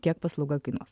kiek paslauga kainuos